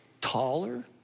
taller